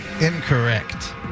Incorrect